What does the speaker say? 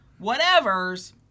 whatevers